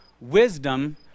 wisdom